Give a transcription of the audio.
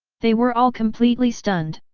they were all completely stunned.